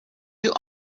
you